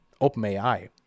OpenAI